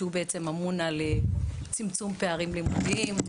שהוא בעצם אמון על צמצום פערים לימודיים,